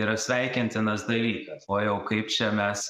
yra sveikintinas dalykas o jau kaip čia mes